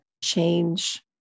change